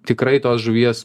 tikrai tos žuvies